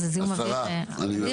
זה זיהום אוויר אדיר.